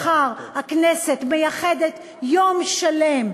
מחר הכנסת מייחדת יום שלם,